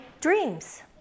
dreams